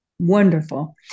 Wonderful